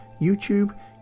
YouTube